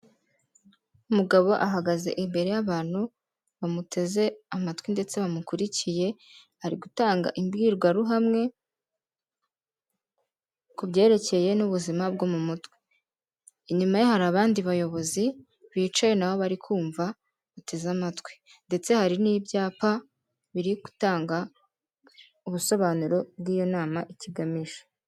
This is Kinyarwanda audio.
Umugabo ahagaze imbere y'abantu bamuteze amatwi ndetse bamukurikiye, ari gutanga imbwirwaruhame ku byerekeye n'ubuzima bwo mu mutwe, inyuma ye hari abandi bayobozi bicaye nabo bari kumva, bateze amatwi, ndetse hari n'ibyapa biri gutanga ubusobanuro bw'iyo nama icyo igamije.